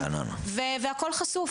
והכל חשוף.